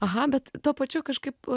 aha bet tuo pačiu kažkaip